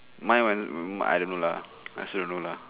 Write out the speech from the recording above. my one I don't know lah I also don't know lah